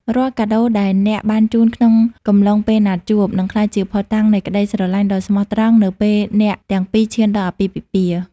រាល់កាដូដែលអ្នកបានជូនក្នុងកំឡុងពេលណាត់ជួប នឹងក្លាយជាភស្តុតាងនៃក្តីស្រឡាញ់ដ៏ស្មោះត្រង់នៅពេលអ្នកទាំងពីរឈានដល់អាពាហ៍ពិពាហ៍។